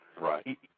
Right